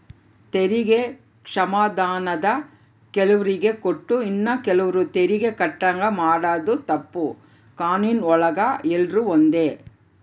ತೆರಿಗೆ ಕ್ಷಮಾಧಾನಾನ ಕೆಲುವ್ರಿಗೆ ಕೊಟ್ಟು ಇನ್ನ ಕೆಲುವ್ರು ತೆರಿಗೆ ಕಟ್ಟಂಗ ಮಾಡಾದು ತಪ್ಪು, ಕಾನೂನಿನ್ ಕೆಳಗ ಎಲ್ರೂ ಒಂದೇ